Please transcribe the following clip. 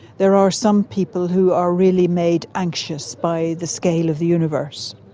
there are some people who are really made anxious by the scale of the universe.